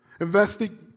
Investing